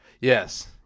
Yes